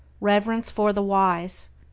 reverence for the wise,